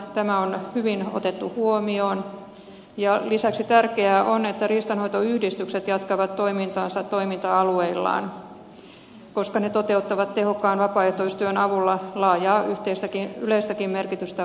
tämä on hyvin otettu huomioon ja lisäksi tärkeää on että riistanhoitoyhdistykset jatkavat toimintaansa toiminta alueillaan koska ne toteuttavat tehokkaan vapaaehtoistyön avulla laajaa yleistäkin merkitystä omaavia toimia